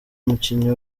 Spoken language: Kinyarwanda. umukinnyi